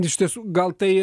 iš tiesų gal tai